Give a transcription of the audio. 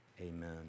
Amen